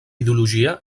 ideologia